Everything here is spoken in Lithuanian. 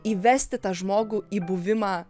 įvesti tą žmogų į buvimą